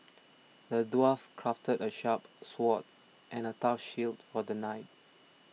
the dwarf crafted a sharp sword and a tough shield for the knight